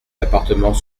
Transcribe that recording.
l’appartement